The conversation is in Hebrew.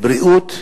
בריאות,